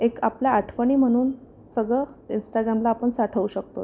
एक आपल्या आठवणी म्हणून सगळं इन्स्टागामला आपण साठवू शकतो